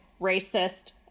racist